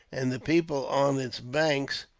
and the people on its banks,